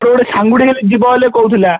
ତୋର ଗୋଟେ ସାଙ୍ଗୁଟେ ହେଲେ ଯିବ ବୋଲି କହୁଥିଲା